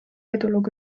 edulugu